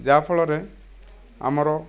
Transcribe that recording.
ଯାହା ଫଳରେ ଆମର